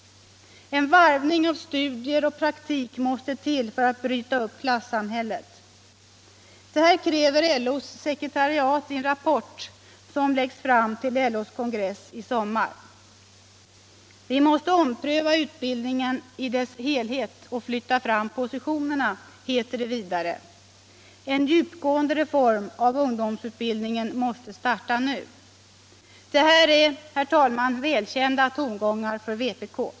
En varvning av studier och praktik måste till för att bryta upp klasssamhället. Detta kräver LO:s sekretariat i en rapport som läggs fram till LO:s kongress i sommar. Vi måste ompröva utbildningen i dess helhet och flytta fram positionerna, heter det vidare. En djupgående reform av ungdomsutbildningen måste starta nu. Detta är välkända tongångar för vpk.